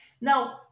Now